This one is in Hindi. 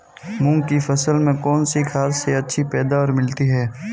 मूंग की फसल में कौनसी खाद से अच्छी पैदावार मिलती है?